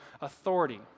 authority